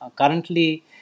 currently